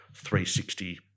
360